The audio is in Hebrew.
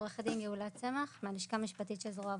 אני מהלשכה המשפטית של זרוע העבודה.